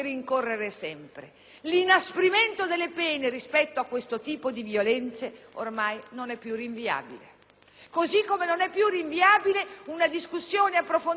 Così come non è più rinviabile una discussione approfondita, non solo da parte nostra ma di tutti i protagonisti di questa società, sempre più malata